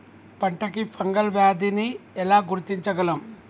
పంట కి ఫంగల్ వ్యాధి ని ఎలా గుర్తించగలం?